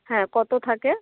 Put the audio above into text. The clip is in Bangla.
হ্যাঁ কতো থাকে